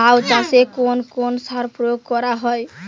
লাউ চাষে কোন কোন সার প্রয়োগ করা হয়?